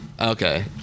Okay